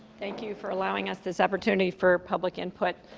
thank you for allowing us this opportunity for public input.